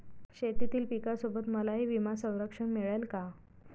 शेतीतील पिकासोबत मलाही विमा संरक्षण मिळेल का?